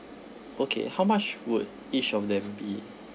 okay how much would each of them be